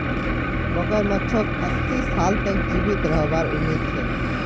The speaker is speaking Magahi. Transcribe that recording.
मगरमच्छक अस्सी साल तक जीवित रहबार उम्मीद छेक